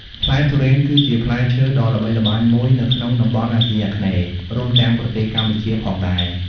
ផ្លែទុរេន គឺជាផ្លែឈើដ៏ល្បីល្បាញមួយនៅក្នុងតំបន់អាស៊ីអាគ្នេយ៍ រួមទាំងប្រទេសកម្ពុជាផងដែរ។